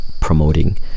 promoting